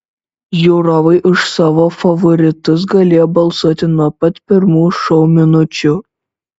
žiūrovai už savo favoritus galėjo balsuoti nuo pat pirmų šou minučių